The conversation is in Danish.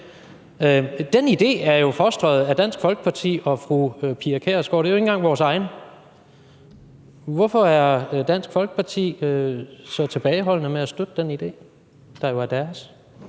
hen, er fostret af Dansk Folkeparti og fru Pia Kjærsgaard. Det er jo ikke engang vores egen. Hvorfor er Dansk Folkeparti så tilbageholdende med at støtte den idé, der jo er deres?